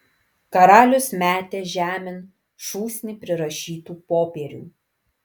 karalius metė žemėn šūsnį prirašytų popierių